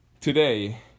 today